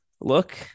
look